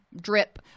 drip